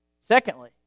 Secondly